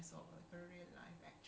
kan kita dah besar